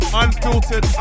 unfiltered